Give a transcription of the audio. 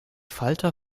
falter